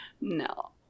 No